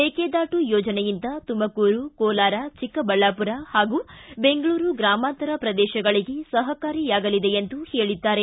ಮೇಕೆದಾಟು ಯೋಜನೆಯಿಂದ ತುಮಕೂರು ಕೋಲಾರ ಚಿಕ್ಕಬಳ್ಳಾಮರ ಹಾಗೂ ಬೆಂಗಳೂರು ಗ್ರಾಮಾಂತರ ಪ್ರದೇಶಗಳಿಗೆ ಸಹಕಾರಿಯಾಗಲಿದೆ ಎಂದರು